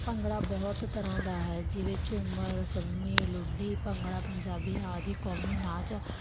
ਭੰਗੜਾ ਬਹੁਤ ਤਰ੍ਹਾਂ ਦਾ ਹੈ ਜੀਵੇ ਝੂਮਰ ਸੰਮੀ ਲੁੱਡੀ ਭੰਗੜਾ ਪੰਜਾਬੀ ਆਦਿ ਕੌਮੀ ਨਾਚ